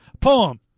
poem